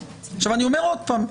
עכשיו אני אומר עוד פעם.